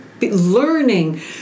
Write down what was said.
learning